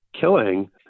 killing